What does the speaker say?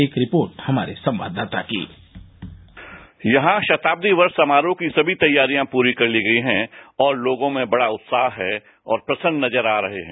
एक रिपोर्ट हमारे संवाददाता की यहां शताब्दी वर्ष समारोह की सभी तैयारियां पूरी कर ली गई हैं और लोगों में बड़ा उत्साह है और प्रसन्न नजर आ रहे हैं